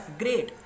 great